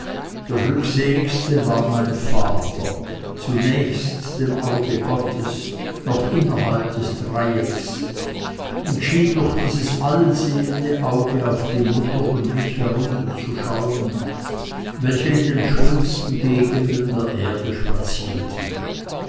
der glückseligste war mein vater zunächst dem auge gottes noch innerhalb des dreieckes und schien durch dieses allsehende auge auf die mutter und mich herunterzuschauen welche in den schönsten gegenden der erde spazierten